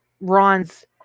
Ron's